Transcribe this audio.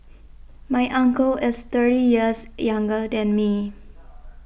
my uncle is thirty years younger than me